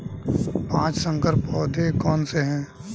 पाँच संकर पौधे कौन से हैं?